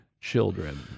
children